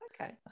Okay